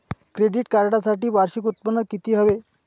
Credit कार्डसाठी वार्षिक उत्त्पन्न किती हवे?